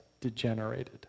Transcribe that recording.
degenerated